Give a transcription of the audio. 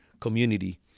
community